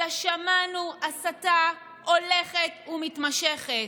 אלא שמענו הסתה הולכת ומתמשכת.